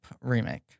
remake